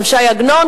גם ש"י עגנון?